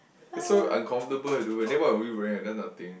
so uncomfortable you don't wear then what would you wear then nothing